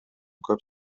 көп